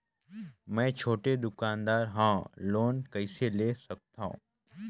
मे छोटे दुकानदार हवं लोन कइसे ले सकथव?